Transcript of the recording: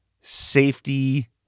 safety